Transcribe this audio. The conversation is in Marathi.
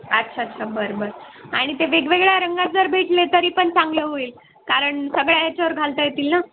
अच्छा अच्छा बरं बरं आणि ते वेगवेगळ्या रंगात जर भेटले तरी पण चांगलं होईल कारण सगळ्या याच्यावर घालता येतील ना